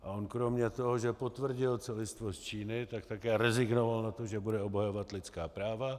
A on kromě toho, že potvrdil celistvost Číny, tak také rezignoval na to, že bude obhajovat lidská práva.